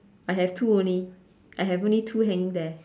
I have two only I have only two hanging there